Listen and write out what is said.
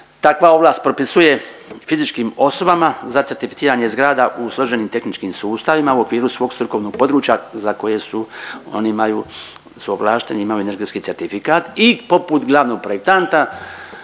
takva ovlast propisuje fizičkim osobama za certificiranje zgrada u složenim tehničkim sustavima u okviru svog strukovnog područja za koje su oni imaju su ovlašteni i imaju energetski certifikat i poput glavnog projektanta